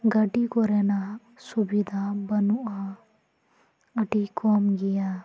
ᱜᱟᱹᱰᱤ ᱠᱚᱨᱮᱱᱟᱜ ᱥᱩᱵᱤᱫᱟ ᱵᱟᱹᱱᱩᱜᱼᱟ ᱟᱹᱰᱤ ᱠᱚᱢ ᱜᱮᱭᱟ